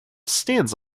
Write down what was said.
stands